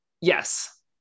Yes